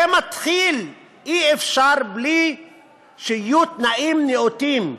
זה מתחיל בכך שאי-אפשר בלי שיהיו תנאים נאותים,